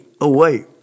away